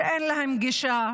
שאין להם גישה